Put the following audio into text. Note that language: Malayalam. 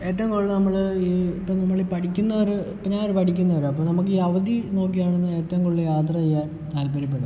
ഏറ്റവും കൂടുതൽ നമ്മൾ ഈ ഇപ്പോൾ നമ്മൾ പഠിക്കുന്നോർ ഇപ്പോൾ ഞാൻ ഒരു പഠിക്കുന്നോരാണ് അപ്പോൾ നമുക്ക് ഈ അവധി നോക്കിയാണന്ന് ഏറ്റവും കൂടുതൽ യാത്ര ചെയ്യാൻ താത്പര്യപ്പെടുന്നത്